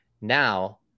Now